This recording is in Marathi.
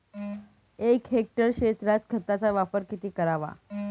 एक हेक्टर क्षेत्रात खताचा वापर किती करावा?